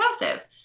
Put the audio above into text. passive